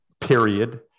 period